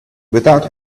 without